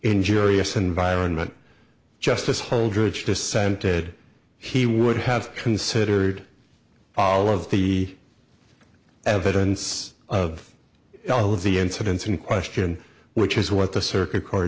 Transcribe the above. injurious environment justice holdridge dissented he would have considered all of the evidence of all of the incidents in question which is what the circuit c